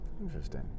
Interesting